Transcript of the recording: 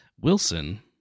Wilson